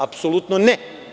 Apsolutno ne.